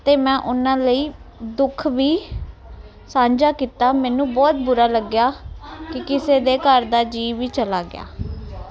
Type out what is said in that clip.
ਤੇ ਮੈਂ ਉਹਨਾਂ ਲਈ ਦੁੱਖ ਵੀ ਸਾਂਝਾ ਕੀਤਾ ਮੈਨੂੰ ਬਹੁਤ ਬੁਰਾ ਲੱਗਿਆ ਕਿ ਕਿਸੇ ਦੇ ਘਰ ਦਾ ਜੀਅ ਵੀ ਚਲਾ ਗਿਆ